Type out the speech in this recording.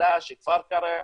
כפר קרע,